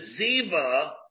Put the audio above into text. Ziva